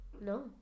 No